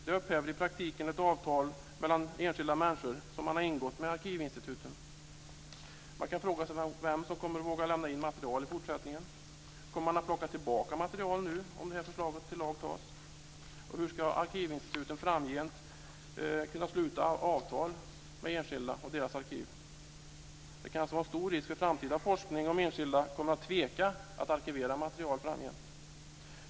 Det upphäver i praktiken ett avtal som enskilda människor har ingått med arkivinstituten. Man kan fråga sig vem som kommer att våga lämna in material i fortsättningen. Kommer man att plocka tillbaka material nu om detta förslag till lag antas? Hur ska arkivinstituten framgent kunna sluta avtal med enskilda om deras arkiv? Det kan alltså vara stor risk för framtida forskning om enskilda människor kommer att tveka att arkivera material framgent.